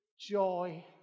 joy